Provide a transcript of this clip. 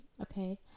okay